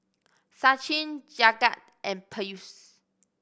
Sachin Jagat and Peyush